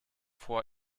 vor